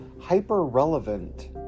hyper-relevant